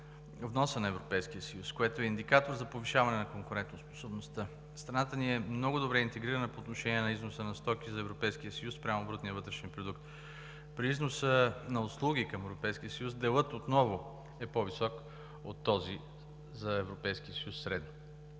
вноса на Европейския съюз, което е индикатор за повишаване на конкурентоспособността. Страната ни е много добре интегрирана по отношение на износа на стоки за Европейския съюз спрямо брутния вътрешен продукт. При износа на услуги към Европейския съюз делът отново е по-висок от този за Европейския съюз, средно.